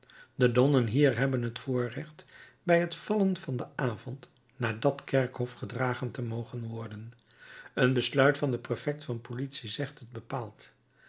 de nonnen hier hebben het voorrecht bij het vallen van den avond naar dat kerkhof gedragen te mogen worden een besluit van den prefect van politie zegt het bepaald